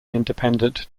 independent